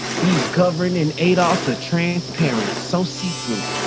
these govern in aid also transparent, so see through.